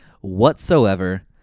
whatsoever